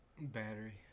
Battery